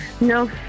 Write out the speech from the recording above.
No